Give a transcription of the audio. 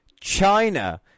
China